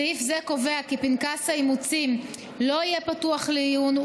סעיף זה קובע כי פנקס האימוצים לא יהיה פתוח לעיון,